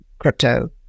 crypto